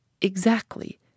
Exactly